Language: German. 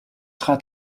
trat